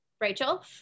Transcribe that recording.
Rachel